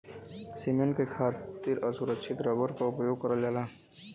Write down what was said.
cement के खातिर असुरछित रबर क उपयोग करल जाला